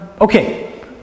okay